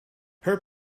her